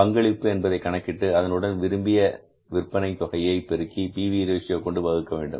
பங்களிப்பு என்பதை கணக்கிட்டு அதனுடன் விரும்பிய விற்பனை தொகையை பெருக்கி P V ratio PV Ratio கொண்டு வகுக்க வேண்டும்